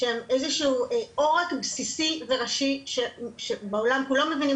שהם איזה שהוא עורק בסיסי וראשי שבעולם כולו מבינים